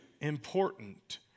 important